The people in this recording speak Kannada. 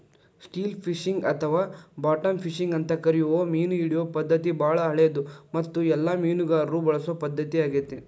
ಸ್ಟಿಲ್ ಫಿಶಿಂಗ್ ಅಥವಾ ಬಾಟಮ್ ಫಿಶಿಂಗ್ ಅಂತ ಕರಿಯೋ ಮೇನಹಿಡಿಯೋ ಪದ್ಧತಿ ಬಾಳ ಹಳೆದು ಮತ್ತು ಎಲ್ಲ ಮೇನುಗಾರರು ಬಳಸೊ ಪದ್ಧತಿ ಆಗೇತಿ